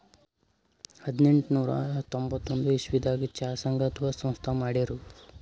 ಹದನೆಂಟನೂರಾ ಎಂಬತ್ತೊಂದ್ ಇಸವಿದಾಗ್ ಚಾ ಸಂಘ ಅಥವಾ ಸಂಸ್ಥಾ ಮಾಡಿರು